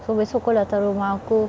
so besok kau datang rumah aku